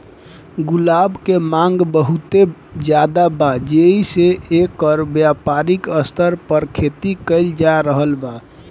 गुलाब के मांग बहुत ज्यादा बा जेइसे एकर व्यापारिक स्तर पर खेती कईल जा रहल बा